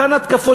אותן התקפות,